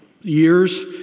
years